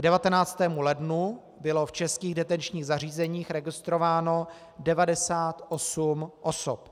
K 19. lednu bylo v Českých detenčních zařízeních registrováno 98 osob.